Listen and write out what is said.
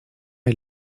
est